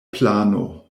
plano